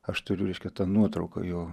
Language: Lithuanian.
aš turiu reiškia tą nuotrauką jo